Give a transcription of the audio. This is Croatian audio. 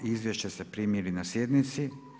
Izvješća ste primili na sjednici.